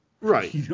right